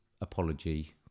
apology